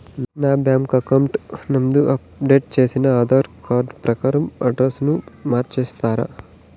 నా bank account నందు update చేసిన ఆధార్ కార్డు ప్రకారం అడ్రస్ ను మార్చిస్తారా?